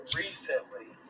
recently